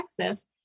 texas